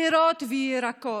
פירות וירקות?